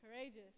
Courageous